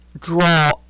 draw